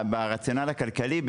ברציונל הכלכלי,